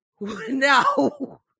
no